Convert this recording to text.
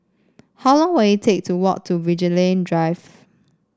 how long will it take to walk to Vigilante Drive